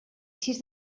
sis